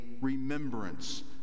remembrance